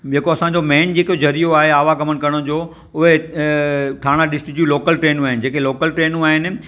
जेको असांजो मेन जेको ज़रियो आहे आवागमन करण जो उहे ठाणा डिस्ट्रिक्ट जूं लोकल ट्रेनूं आहिनि जेके लोकल ट्रेनूं आहिनि